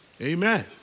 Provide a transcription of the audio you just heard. Amen